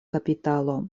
kapitalo